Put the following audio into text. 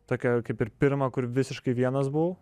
tokią kaip ir pirmą kur visiškai vienas buvau